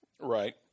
Right